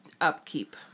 upkeep